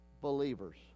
believers